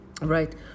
right